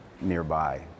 nearby